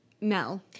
Mel